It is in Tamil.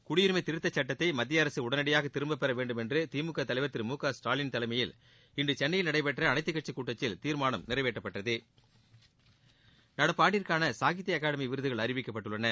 குடியுரிமை திருத்தக்சட்டத்தை மத்திய அரசு உடனடியாக திரும்பப்பெற வேண்டும் என்று திமுக தலைவர் திரு முகஸ்டாலின் தலைமையில் இன்று சென்னையில் நடைபெற்ற அனைத்துக்கட்சிக் கூட்டத்தில் தீர்மானம் நிறைவேற்றப்பட்டது நடப்பாண்டிற்கான சாகித்ய அகாடமி விருதுகள் அறிவிக்கப்பட்டுள்ளன